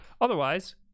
Otherwise